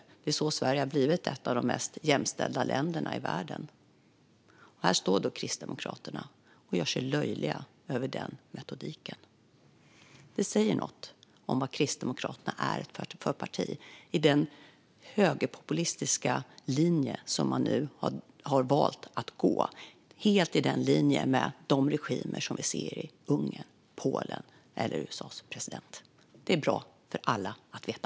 Det är så Sverige har blivit ett av de mest jämställda länderna i världen. Här står då Kristdemokraterna och förlöjligar den metodiken. Det säger något om vad Kristdemokraterna är för ett parti på den högerpopulistiska linje som man nu har valt att gå på, helt i linje med de regimer som vi ser i Ungern, Polen och USA. Det är bra för alla att veta.